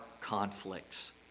conflicts